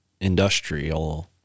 industrial